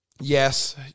yes